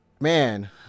man